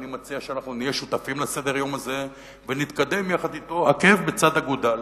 ואני מציע שנהיה שותפים לסדר-היום הזה ונתקדם יחד אתו עקב בצד אגודל,